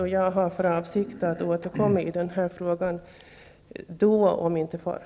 Jag har för avsikt att återkomma i denna fråga då, om inte förr.